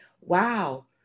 wow